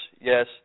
Yes